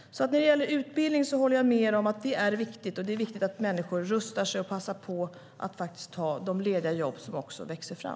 Jag håller med er om att utbildning är viktig, och det är viktigt att människor rustar sig och passar på att faktiskt ta de lediga jobb som också växer fram.